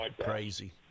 crazy